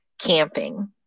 Camping